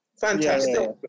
Fantastic